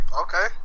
Okay